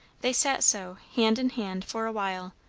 they sat so, hand in hand, for a while,